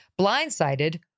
Blindsided